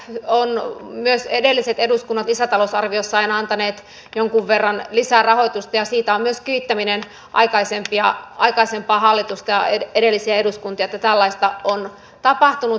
sotaveteraaneille ovat myös edelliset eduskunnat lisätalousarvioissaan antaneet jonkun verran lisää rahoitusta ja siitä on myös kiittäminen aikaisempaa hallitusta ja edellisiä eduskuntia että tällaista on tapahtunut